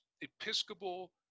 Episcopal